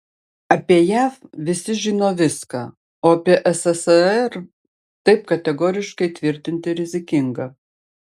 apie jav visi žino viską o apie sssr taip kategoriškai tvirtinti rizikinga